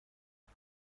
کنم